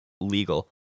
legal